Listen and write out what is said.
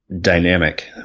dynamic